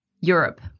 Europe